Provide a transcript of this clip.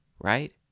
right